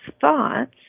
thoughts